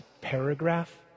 paragraph